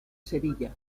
sevilla